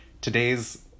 today's